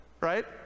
right